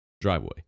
driveway